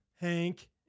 Hank